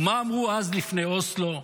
ומה אמרו אז, לפני אוסלו?